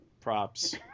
Props